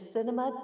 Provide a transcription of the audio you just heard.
Cinema